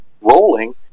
rolling